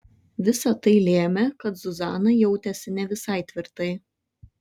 visa tai lėmė kad zuzana jautėsi ne visai tvirtai